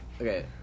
Okay